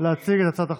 להציג את הצעת החוק.